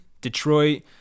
Detroit